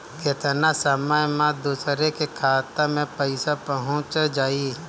केतना समय मं दूसरे के खाता मे पईसा पहुंच जाई?